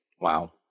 Wow